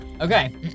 Okay